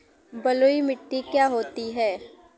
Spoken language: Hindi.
बलुइ मिट्टी क्या होती हैं?